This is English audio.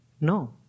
No